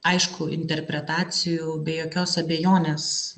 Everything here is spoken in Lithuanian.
aišku interpretacijų be jokios abejonės